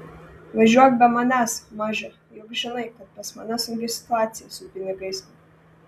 važiuok be manęs maže juk žinai kad pas mane sunki situaciją su pinigais